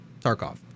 tarkov